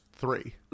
three